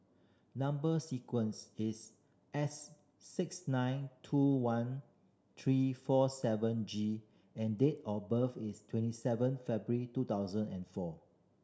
number sequence is S six nine two one three four seven G and date of birth is twenty seven February two thousand and four